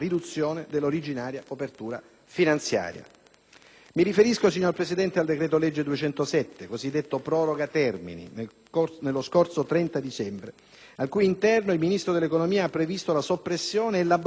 Mi riferisco, signora Presidente, al decreto-legge n. 207, cosiddetto proroga termini, dello scorso 30 dicembre, al cui interno il Ministro dell'economia ha previsto la soppressione e l'abrogazione di disposizioni a sostegno dell'agricoltura e della pesca